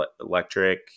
electric